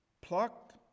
Pluck